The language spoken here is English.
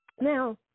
Now